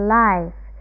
life